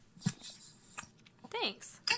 Thanks